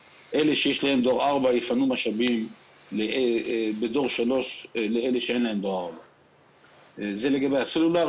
אלה שיש להם דור 4 יפנו משאבים לאלה שאין להם דור 4. זה לגבי הסלולר.